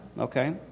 Okay